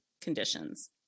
conditions